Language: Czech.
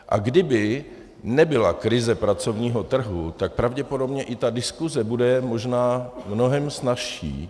A kdyby nebyla krize pracovního trhu, tak pravděpodobně i ta diskuse bude možná mnohem snazší.